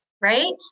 Right